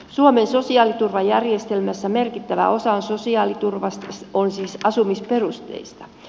suomen sosiaaliturvajärjestelmässä merkittävä osa sosiaaliturvasta on siis asumisperusteista